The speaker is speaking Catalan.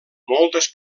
moltes